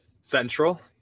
Central